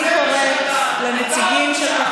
אוי לאותה בושה, אוי לאותה בושה.